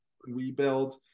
rebuild